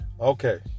Okay